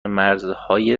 مرزهای